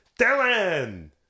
Dylan